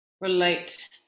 relate